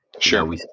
Sure